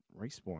Respawn